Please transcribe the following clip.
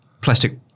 plastic